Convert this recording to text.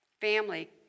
Family